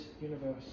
universe